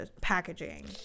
packaging